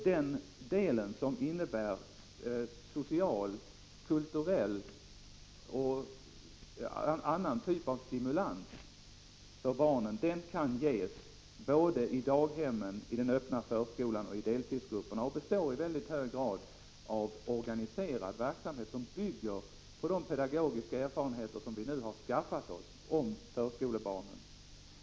Den del som innebär social, kulturell och annan typ av stimulans för barnen kan ges både i daghemmen, i den öppna förskolan och i deltidsgrupperna, och den kan i hög grad bestå av verksamhet som bygger på pedagogiska erfarenheter som vi nu har skaffat oss om förskolebarnen.